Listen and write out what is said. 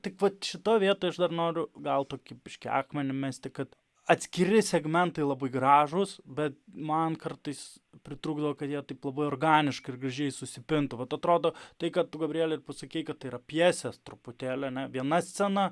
tik vat šitoj vietoj aš dar noriu gal tokį biški akmenį mesti kad atskiri segmentai labai gražūs bet man kartais pritrūkdavo kad jie taip labai organiškai ir gražiai susipintų vat atrodo tai ką tu gabriele ir pasakei kad tai yra pjesės truputėlį ane viena scena